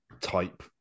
type